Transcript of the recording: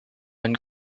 and